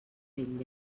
vetlla